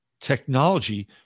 technology